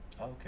okay